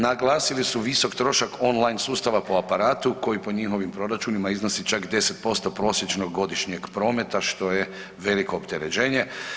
Naglasili su visok trošak on line sustava po aparatu koji po njihovim proračunima iznosi čak 10% prosječnog godišnjeg prometa što je veliko opterećenje.